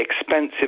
expensive